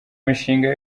mishinga